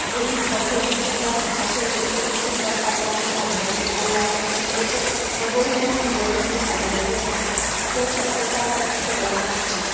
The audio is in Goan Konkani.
बरी सोबीत सुंदर भाशा शैली सोबीत सुंदर पात्रां ह्या कादंबरेंत आयलात आनीक एक बरी मनरिजवणेची ही कादंबरी आसा जर शक्य आसा जाल्यार ती सगळ्यांनी वाचची